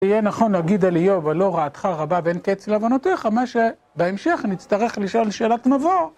יהיה נכון להגיד על איוב הלא רעתך רבה ואין קץ להבנותיך, מה שבהמשך נצטרך לשאול שאלת מבוא.